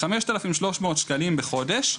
חמשת אלפים שלוש מאות שקלים לחודש,